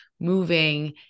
moving